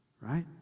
right